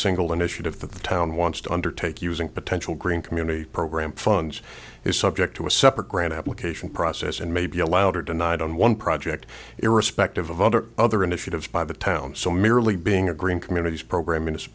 single initiative that the town wants to undertake using potential green community program funds is subject to a separate grant application process and may be allowed or denied on one project irrespective of other other initiatives by the town so merely being a green communities program in a